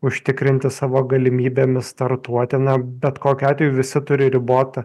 užtikrinti savo galimybėmis startuoti na bet kokiu atveju visi turi ribotą